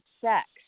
sex